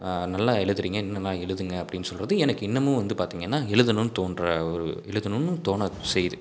நல்லா எழுதுறீங்க இன்னும் நான் எழுதுங்க அப்படின்னு சொல்லுறது எனக்கு இன்னமும் வந்து பார்த்திங்கனா எழுதுணுன்னு தோண்ற ஒரு எழுதுணுன்னு தோண செய்து